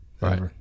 Right